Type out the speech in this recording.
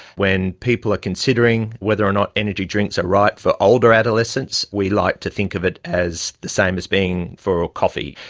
when people are considering whether or not energy drinks are right for older adolescents, we like to think of it as the same as being for coffee.